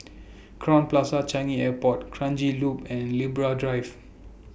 Crowne Plaza Changi Airport Kranji Loop and Libra Drive